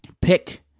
pick